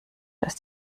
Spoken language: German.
dass